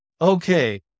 okay